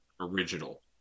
original